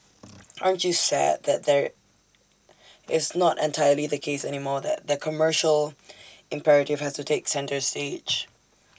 aren't you sad that there is not entirely the case anymore that the commercial imperative has to take centre stage